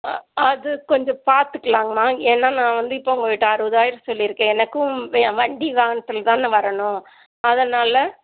ஆ அது கொஞ்சம் பார்த்துக்கலாங்கம்மா ஏன்னா நான் வந்து இப்போ உங்கள்கிட்ட அறுபதாயிரம் சொல்லிருக்கேன் எனக்கும் வே வண்டி வாகனத்தில் தான வர்றணும் அதனால்